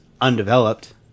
undeveloped